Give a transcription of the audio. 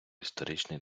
історичний